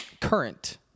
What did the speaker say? Current